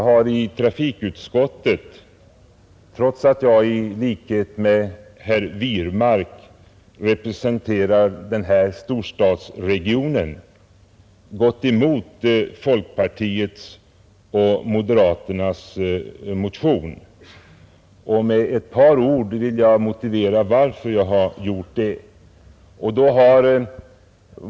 Herr talman! Trots att jag i likhet med herr Wirmark representerar en storstadsregion har jag i trafikutskottet gått emot folkpartiets och moderaternas motioner, och jag vill nu med några ord motivera varför jag har gjort det.